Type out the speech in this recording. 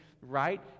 right